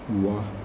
ਵਾਹ